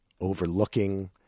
overlooking